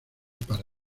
para